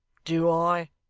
do i,